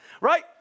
right